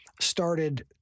started